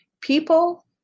people